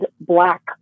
black